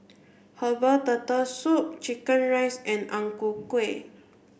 herbal turtle soup chicken rice and Ang Ku Kueh